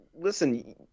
listen